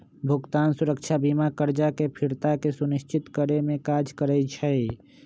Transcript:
भुगतान सुरक्षा बीमा करजा के फ़िरता के सुनिश्चित करेमे काज करइ छइ